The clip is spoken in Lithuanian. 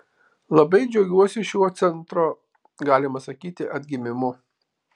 labai džiaugiuosi šiuo centro galima sakyti atgimimu